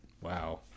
wow